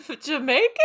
Jamaican